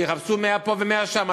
ויחפשו 100 פה ו-100 שם,